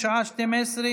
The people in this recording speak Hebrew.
אפס נמנעים.